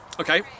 okay